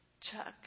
Chuck